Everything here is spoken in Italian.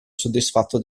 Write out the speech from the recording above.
soddisfatto